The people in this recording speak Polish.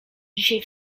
dzisiaj